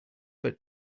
but